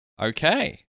Okay